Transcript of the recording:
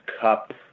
Cup